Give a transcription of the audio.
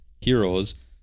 heroes